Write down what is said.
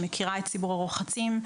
שמכירה את ציבור הרוחצים,